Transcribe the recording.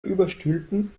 überstülpen